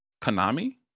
Konami